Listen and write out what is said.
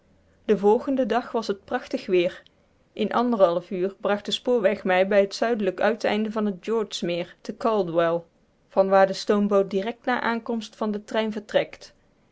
den volgenden dag was het prachtig weer in anderhalf uur bracht de spoorweg mij bij het zuidelijk uiteinde van het george meer te caldwell van waar de stoomboot direct na aankomst van den trein vertrekt